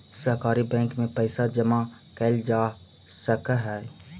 सहकारी बैंक में पइसा जमा कैल जा सकऽ हइ